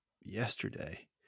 yesterday